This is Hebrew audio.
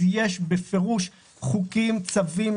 יש בפירוש חוקים, צווים.